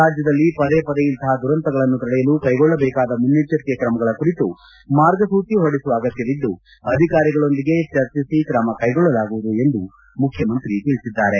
ರಾಜ್ಯದಲ್ಲಿ ಪದೇ ಪದೇ ಇಂತಪ ದುರಂತಗಳನ್ನು ತಡೆಯಲು ಕೈಗೊಳ್ಳಬೇಕಾದ ಮುನ್ನೆಚ್ಚರಿಕೆ ತ್ರಮಗಳ ಕುರಿತು ಮಾರ್ಗಸೂಚಿ ಹೊರಡಿಸುವ ಅಗತ್ಯವಿದ್ದು ಅಧಿಕಾರಿಗಳೊಂದಿಗೆ ಚರ್ಜಿಸಿ ತ್ರಮ ಕೈಗೊಳ್ಳಲಾಗುವುದು ಎಂದು ಮುಖ್ಯಮಂತ್ರಿ ತಿಳಿಸಿದ್ದಾರೆ